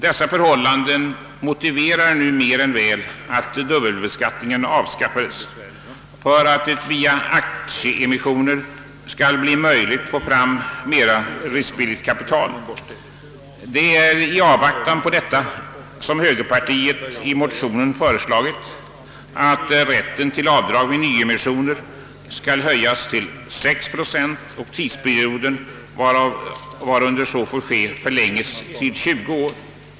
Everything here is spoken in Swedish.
Dessa förhållanden motiverar nu mer än väl att dubbelbeskattningen avskaffas så att det via aktieemissioner skall bli möjligt att få fram mera riskvilligt kapital. I avvaktan på detta har högerpartiet i motion föreslagit att rätten till avdrag vid nyemissioner skall höjas till 6 procent och att den tidsperiod, varunder så får ske, förlänges till 20 år.